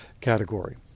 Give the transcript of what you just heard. category